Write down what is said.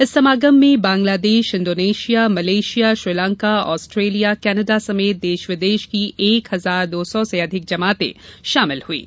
इस समागम में Bangladesh Indonesia Malaysia Sri Lanka Australia Canada समेत देश विदेश की एक हजार दो सौ से अधिक जमाते शामिल हुईं